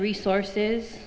resources